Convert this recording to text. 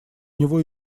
него